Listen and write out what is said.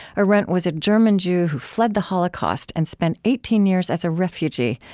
arendt was a german jew who fled the holocaust and spent eighteen years as a refugee,